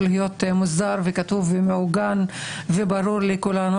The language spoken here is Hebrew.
להיות מוסדר וכתוב ומעוגן וברור לכולנו,